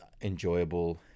enjoyable